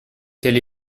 quel